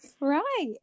right